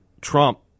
Trump